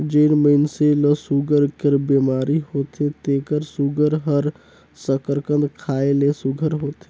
जेन मइनसे ल सूगर कर बेमारी होथे तेकर सूगर हर सकरकंद खाए ले सुग्घर रहथे